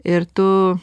ir tu